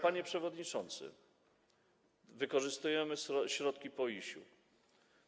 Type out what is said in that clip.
Panie przewodniczący, wykorzystujemy środki PO IiŚ-u.